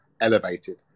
elevated